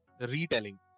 retelling